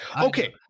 okay